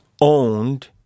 owned